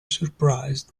surprised